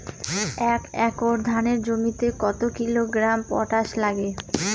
এক একর ধানের জমিতে কত কিলোগ্রাম পটাশ লাগে?